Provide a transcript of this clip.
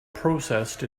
processed